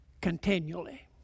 continually